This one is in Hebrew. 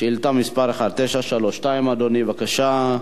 שאילתא 1932. אדוני, בבקשה,